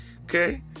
Okay